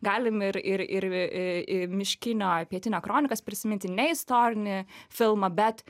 galim ir ir ir miškinio pietinio kronikas prisiminti ne istorinį filmą bet